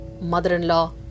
mother-in-law